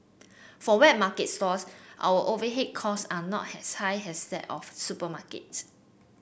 for wet market stalls our overhead costs are not as high as that of supermarkets